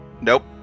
Nope